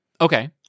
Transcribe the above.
Okay